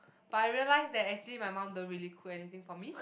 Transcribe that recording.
but I realise that actually my mum don't really cook anything for me